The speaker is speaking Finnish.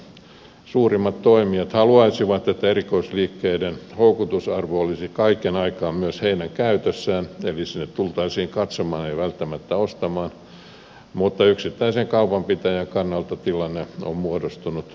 kaupan suurimmat toimijat haluaisivat että erikoisliikkeiden houkutusarvo olisi kaiken aikaa myös heidän käytössään eli sinne tultaisiin katsomaan ei välttämättä ostamaan mutta yksittäisen kaupanpitäjän kannalta tilanne on muodostunut kohtuuttomaksi